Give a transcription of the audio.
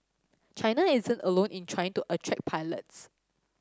China isn't alone in trying to attract pilots